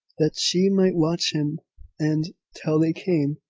that she might watch him and, till they came,